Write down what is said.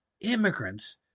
immigrants